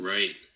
Right